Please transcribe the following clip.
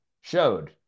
showed